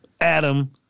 Adam